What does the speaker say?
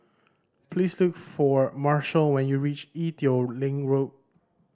please look for Marshal when you reach Ee Teow Leng Road